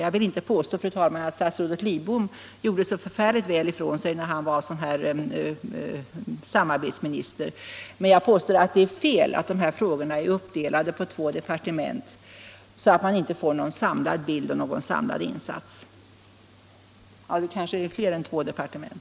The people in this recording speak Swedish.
Jag vill inte påstå, fru talman, att statsrådet Lidbom gjorde särskilt väl ifrån sig när han var samarbetsminister, men jag påstår att det är fel att dessa frågor är uppdelade på två — eller kanske fler - departement så att man inte får någon samlad bild av problemet eller någon samlad insats för att lösa det.